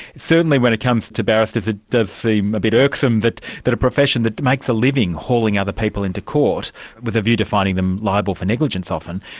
certainly when it comes to barristers, it does seem a bit irksome that that a profession that makes a living hauling other people in to court with a view to finding them liable for negligence often,